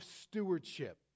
stewardship